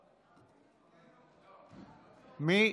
מי?